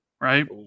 right